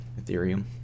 Ethereum